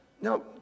Now